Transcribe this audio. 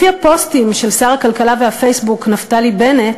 לפי הפוסטים של שר הכלכלה והפייסבוק נפתלי בנט,